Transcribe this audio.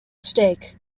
stake